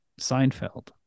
Seinfeld